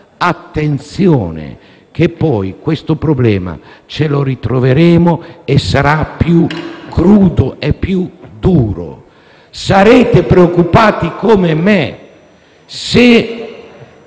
separazione razziale, questo problema ce lo ritroveremo e sarà più crudo e più duro. Sarete preoccupati come me se